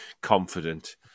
confident